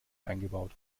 eingebaut